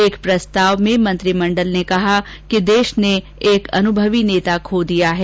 एक प्रस्ताव में मंत्रिमंडल ने कहा कि देश ने एक अनुभवी नेता खो दिया है